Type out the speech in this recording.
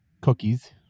cookies